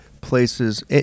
places